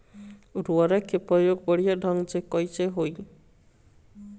उर्वरक क प्रयोग बढ़िया ढंग से कईसे होई?